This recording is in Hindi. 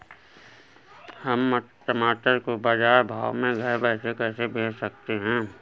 हम टमाटर को बाजार भाव में घर बैठे कैसे बेच सकते हैं?